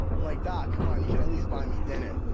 like doc come on you can at least buy me dinner.